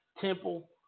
Temple